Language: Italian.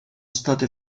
state